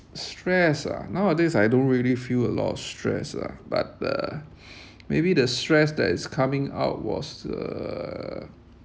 stress ah nowadays I don't really feel a lot of stress lah but uh maybe the stress that is coming out was uh